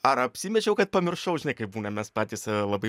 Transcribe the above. ar apsimečiau kad pamiršau žinai kaip būna mes patys labai